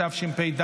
התשפ"ד